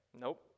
Nope